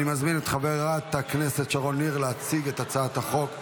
אני מזמין את חברת הכנסת שרון ניר להציג את הצעת החוק.